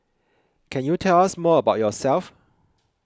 can you tell us more about yourself